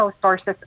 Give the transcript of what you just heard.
sources